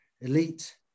Elite